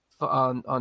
on